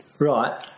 Right